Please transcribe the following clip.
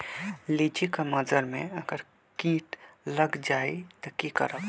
लिचि क मजर म अगर किट लग जाई त की करब?